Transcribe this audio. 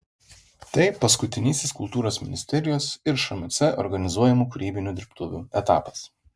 tai paskutinysis kultūros ministerijos ir šmc organizuojamų kūrybinių dirbtuvių etapas